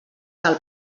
del